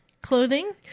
clothing